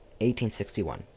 1861